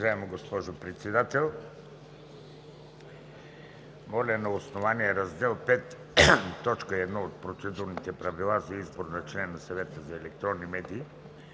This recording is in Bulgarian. Уважаема госпожо Председател, моля на основание Раздел V, т. 1 от Процедурните правила за избор на член на Съвета за електронни медии